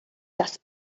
das